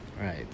right